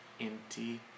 empty